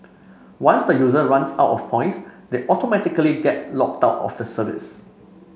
once the user runs out of points they automatically get locked out of the service